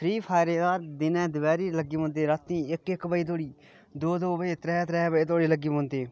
free fire दिनै दपैह् री लग्गी पौंदे रातीं इक इक बजे धोड़ी दौ दौ बज धोड़ी त्रै त्रै बजे तकर लग्गे दे रौंह्दे